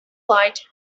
light